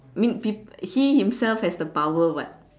I mean be he himself has the power what